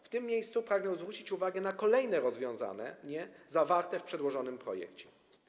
W tym miejscu pragnę zwrócić uwagę na kolejne rozwiązanie zawarte w przedłożonym projekcie.